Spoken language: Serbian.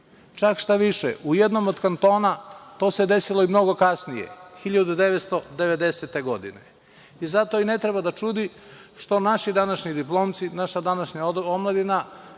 čak šta više u jednom od kantona to se desilo i mnogo kasnije 1990. godine. Zato i ne treba da čudi što naši današnji diplomci, naša današnja omladina